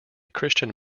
christian